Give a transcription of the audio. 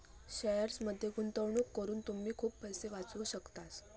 शेअर्समध्ये गुंतवणूक करून तुम्ही खूप पैसे वाचवू शकतास